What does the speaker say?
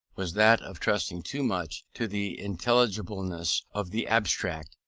was that of trusting too much to the intelligibleness of the abstract,